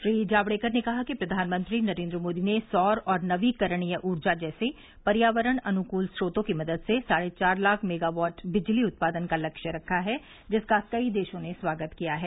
श्री जावड़ेकर ने कहा कि प्रधानमंत्री नरेन्द्र मोदी ने सौर और नवीकरणीय ऊर्जा जैसे पर्यावरण अनुकूल स्रोतो की मदद से साढ़े चार लाख मेगावाट बिजली उत्पादन का लक्ष्य रखा है जिसका कई देशों ने स्वागत किया है